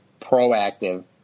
proactive